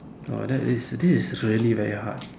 oh that is this is really very hard